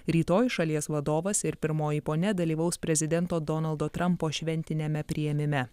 rytoj šalies vadovas ir pirmoji ponia dalyvaus prezidento donaldo trampo šventiniame priėmime